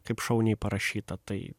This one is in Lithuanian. kaip šauniai parašyta tai